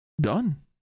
Done